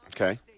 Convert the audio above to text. Okay